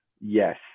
Yes